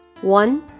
One